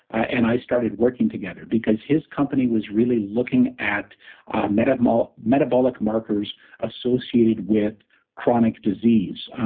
and i started working together. because, his company was really looking at metabolic metabolic markers associated with chronic disease,